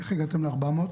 מנאר איוב,